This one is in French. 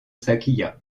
sakya